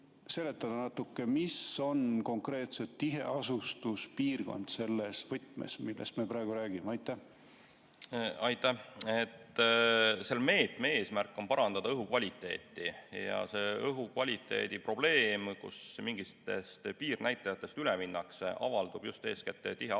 mis on konkreetselt tiheasustuspiirkond selles võtmes, millest me praegu räägime? Aitäh! Selle meetme eesmärk on parandada õhukvaliteeti ja õhukvaliteedi probleem, kui mingitest piirnäitajatest üle minnakse, avaldub just eeskätt tiheasutuses.